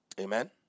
Amen